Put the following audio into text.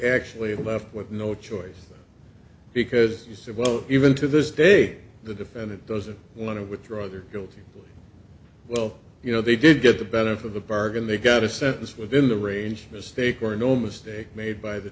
actually left with no choice because you suppose even to this big the defendant doesn't want to withdraw their guilty well you know they did get the benefit of the bargain they got a sentence within the range mistake or no mistake made by the